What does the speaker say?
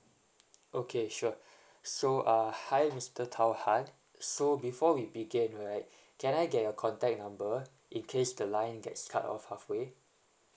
okay sure so uh hi mister tauhad so before we begin right can I get your contact number in case the line gets cut off halfway